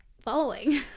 following